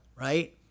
right